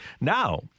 now